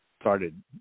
started